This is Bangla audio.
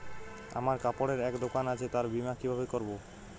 আমার কাপড়ের এক দোকান আছে তার বীমা কিভাবে করবো?